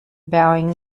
vowing